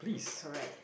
correct